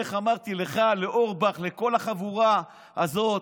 איך אמרתי לך, לאורבך ולכל החבורה הזאת,